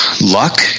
Luck